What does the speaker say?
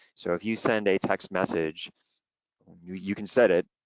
so if you send a text message you you can set it,